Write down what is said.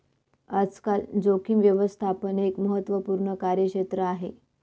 आजकाल जोखीम व्यवस्थापन एक महत्त्वपूर्ण कार्यक्षेत्र आहे